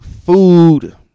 food